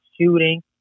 shooting